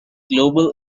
global